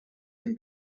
than